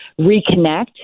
reconnect